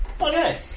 Okay